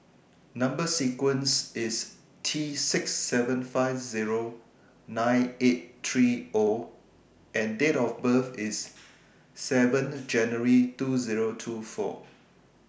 Number sequence IS T six seven five Zero nine eight three O and Date of birth IS seven January two Zero two four